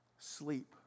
Sleep